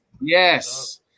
Yes